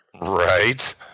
Right